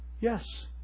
yes